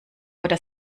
oder